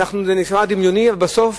זה נשמע דמיוני, אבל בסוף